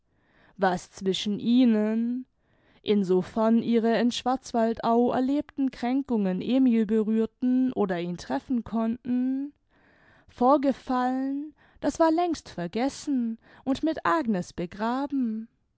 was zwischen ihnen in so fern ihre in schwarzwaldau erlebten kränkungen emil berühren oder ihn treffen konnten vorgefallen das war längst vergessen und mit agnes begraben